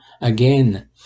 Again